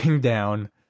down